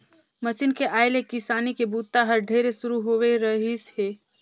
machine के आए ले किसानी के बूता हर ढेरे हरू होवे रहीस हे